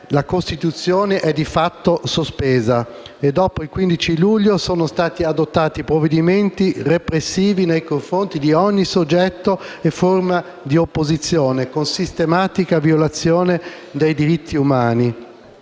la Costituzione è di fatto sospesa. Dopo il 15 luglio 2016 sono stati adottati provvedimenti repressivi nei confronti di ogni soggetto e forma di opposizione, con sistematica violazione dei diritti umani.